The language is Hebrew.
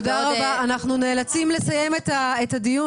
אנחנו נאלצים לסיים את הדיון